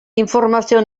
informazio